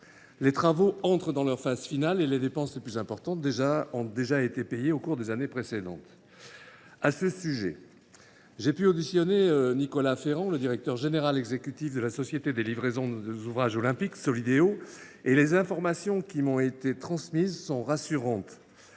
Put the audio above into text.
les travaux entrent en effet dans leur phase finale et les dépenses les plus importantes ont déjà été engagées au cours des années précédentes. À ce sujet, j’ai pu auditionner Nicolas Ferrand, le directeur général exécutif de la Société de livraison des ouvrages olympiques (Solideo). Les informations qui m’ont été transmises sont rassurantes